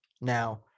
now